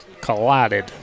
collided